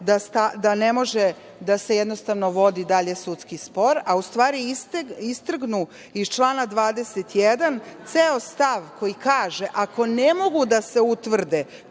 da ne može jednostavno da se vodi dalje sudski spor, a u stvari istrgnu iz člana 21. ceo stav koji kaže – ako ne mogu da se utvrde